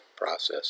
process